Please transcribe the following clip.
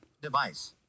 Device